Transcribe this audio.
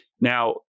Now